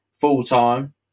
full-time